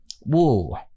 whoa